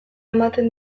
ematen